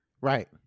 right